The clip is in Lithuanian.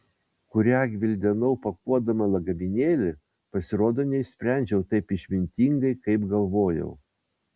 kurią gvildenau pakuodama lagaminėlį pasirodo neišsprendžiau taip išmintingai kaip galvojau